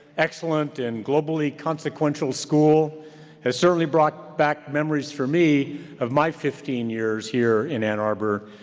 excellent, and globally consequential school has certainly brought back memories for me of my fifteen years here in ann arbor.